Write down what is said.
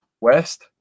West